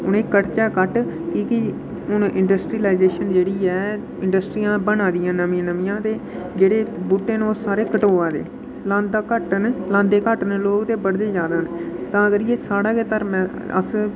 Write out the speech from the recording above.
उ'नें ई कटचै घट्ट की कि हून इंडरस्टीलाइजेशन जेह्ड़ी ऐ इंडरस्टियां बना दियां नमियां नमियां ते जेह्ड़े बूह्टे न ओह् सारे कटोआ दे लांदा घट्ट न लांदे घट्ट न लोक ते बढदे जैदा न तां करियै साढ़ा गै धर्म ऐ अस